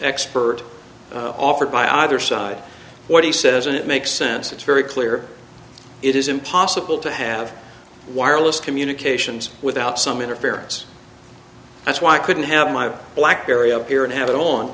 expert offered by either side what he says and it makes sense it's very clear it is impossible to have wireless communications without some interference that's why i couldn't have my blackberry up here and have it on